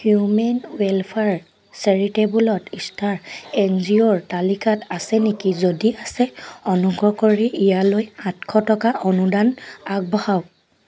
human welfare চেৰিটেবলত star N G O ৰ তালিকাত আছে নিকি যদি আছে অনুগ্ৰহ কৰি ইয়ালৈ আঠশ টকাৰ অনুদান আগবঢ়াওক